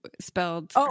spelled